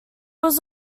was